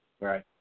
Right